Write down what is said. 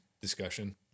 discussion